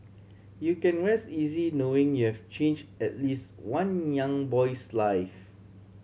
you can rest easy knowing you've change at least one young boy's life